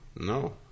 No